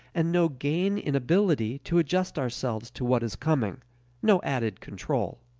and no gain in ability to adjust ourselves to what is coming no added control.